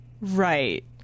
Right